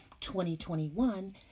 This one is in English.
2021